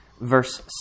verse